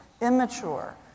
immature